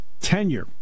tenure